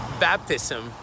baptism